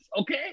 okay